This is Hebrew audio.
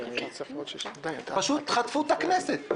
פשוט חטפו את הכנסת.